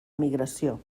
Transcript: migració